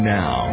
now